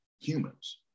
humans